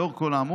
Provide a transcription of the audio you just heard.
לאור כל האמור,